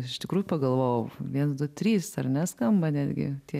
aš iš tikrųjų pagalvojau viens du trys ar ne skamba netgi tie